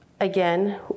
Again